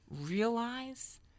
realize